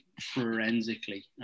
forensically